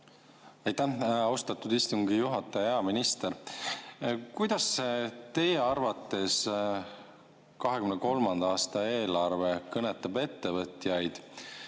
Aitäh, austatud istungi juhataja! Hea minister! Kuidas teie arvates 2023. aasta eelarve kõnetab ettevõtjaid